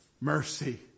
mercy